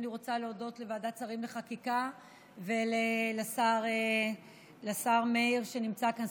אני רוצה להודות לוועדת שרים לחקיקה ולשר מאיר שנמצא כאן,